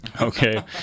Okay